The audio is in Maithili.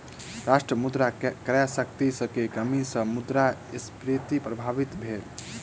राष्ट्र मुद्रा क्रय शक्ति में कमी सॅ मुद्रास्फीति प्रभावित भेल